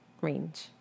Range